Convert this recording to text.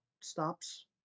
stops